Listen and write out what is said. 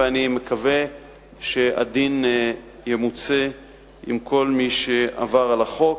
ואני מקווה שהדין ימוצה עם כל מי שעבר על החוק.